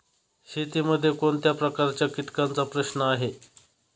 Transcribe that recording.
शेतीमध्ये कोणत्या प्रकारच्या कीटकांचा प्रश्न आहे?